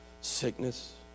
sickness